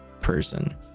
person